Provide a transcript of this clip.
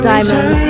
Diamond